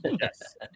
Yes